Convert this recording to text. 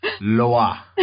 Loa